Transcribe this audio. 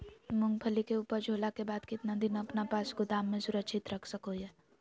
मूंगफली के ऊपज होला के बाद कितना दिन अपना पास गोदाम में सुरक्षित रख सको हीयय?